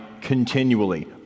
continually